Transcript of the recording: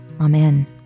amen